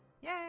Yay